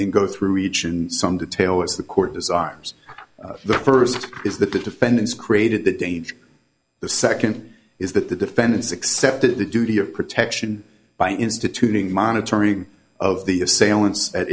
then go through each in some detail as the court desires the first is that the defendants created the danger the second is that the defendants accepted the duty of protection by instituting monitoring of the assailants at